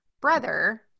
brother